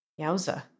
Yowza